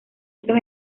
estos